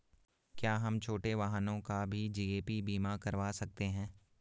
क्या हम छोटे वाहनों का भी जी.ए.पी बीमा करवा सकते हैं?